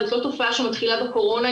זאת לא תופעה שמתחילה בקורונה,